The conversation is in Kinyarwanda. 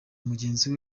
mugenzi